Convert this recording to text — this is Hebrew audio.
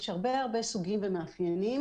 יש הרבה סוגים ומאפיינים